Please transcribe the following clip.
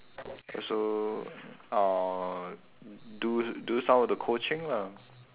also uh do do some of the coaching lah